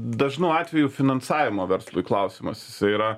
dažnu atveju finansavimo verslui klausimas jisai yra